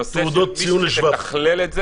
הנושא של מישהי שתתכלל את זה.